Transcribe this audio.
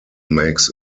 makes